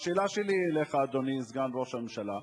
והשאלה שלי אליך, אדוני סגן ראש הממשלה,